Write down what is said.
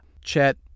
Chet